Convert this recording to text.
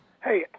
Hey